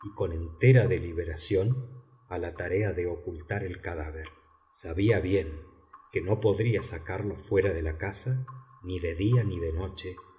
y con entera deliberación a la tarea de ocultar el cadáver sabía bien que no podría sacarlo fuera de la casa ni de día ni de noche